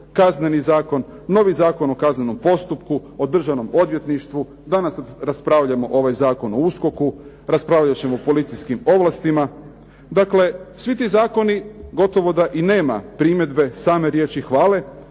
Kazneni zakon, novi Zakon o kaznenom postupku, o državnom odvjetništvu. Danas raspravljamo ovaj Zakon o USKOK-u, raspravljat ćemo o policijskim ovlastima. Dakle svi ti zakoni gotovo da i nema primjedbe, same riječi hvale.